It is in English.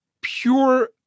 pure